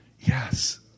Yes